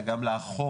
אלא גם לאכוף